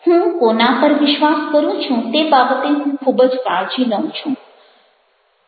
હું કોના પર વિશ્વાસ કરું છું તે બાબતે હું ખૂબ જ કાળજી લઉં છું